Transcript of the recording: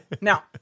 Now